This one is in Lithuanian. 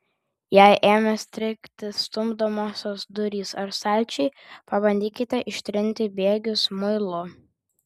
jei ėmė strigti stumdomosios durys ar stalčiai pabandykite ištrinti bėgius muilu